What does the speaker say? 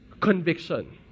conviction